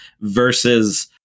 versus